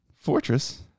Fortress